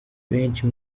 benshi